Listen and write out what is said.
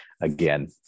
again